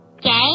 Gay